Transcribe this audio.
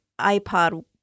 iPod